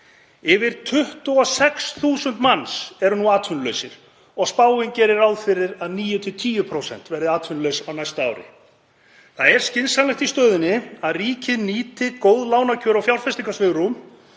Yfir 26.000 manns eru nú atvinnulaus og gerir spáin ráð fyrir að 9–10% verði atvinnulaus á næsta ári. Það er skynsamlegt í stöðunni að ríkið nýti góð lánakjör og fjárfestingarsvigrúm